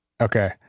Okay